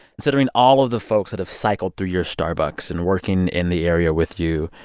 considering all of the folks that have cycled through your starbucks and working in the area with you,